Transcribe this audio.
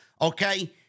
okay